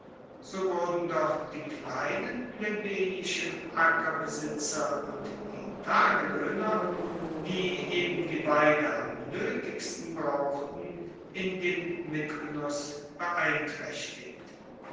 so wurden doch die kleinen plebejischen ackerbesitzer und die tageloehner die eben die weide am noetigsten brauchten in dem mitgenuss beeintraechtigt